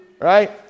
Right